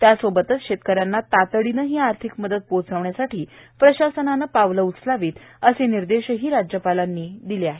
त्यासोबतच शेतकऱ्यांना तातडीनं ही आर्थिक मदत पोहोचवण्यासाठी प्रशासनानं पावलं उचलावीत असे निर्देशही राज्यपालांनी दिले आहेत